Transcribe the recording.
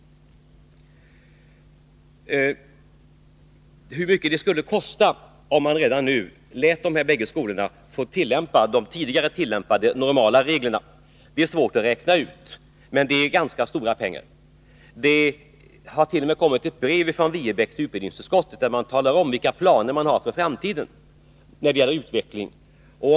Hur mycket det skulle kosta att redan nu låta dessa båda skolor få begagna de tidigare tillämpade normala reglerna är svårt att räkna ut, men det gäller ganska stora pengar. Det har t.o.m. kommit ett brev från Viebäck till utbildningsutskottet, vari man talar om vilka planer man har för framtiden när det gäller utvecklingen.